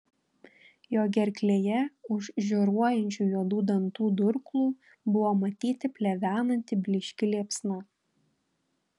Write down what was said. jo gerklėje už žioruojančių juodų dantų durklų buvo matyti plevenanti blyški liepsna